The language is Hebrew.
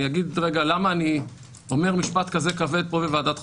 אני אגיד למה אני אומר משפט כזה כבד פה בוועדת חוקה.